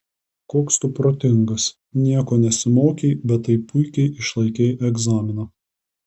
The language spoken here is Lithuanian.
koks tu protingas nieko nesimokei bet taip puikiai išlaikei egzaminą